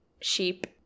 sheep